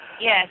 Yes